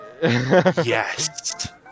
yes